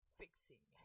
fixing